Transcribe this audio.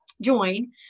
join